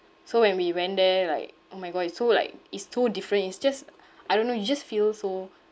so when we went there like oh my god it's so like it's two different it's just I don't know you just feel so